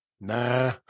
Nah